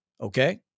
Okay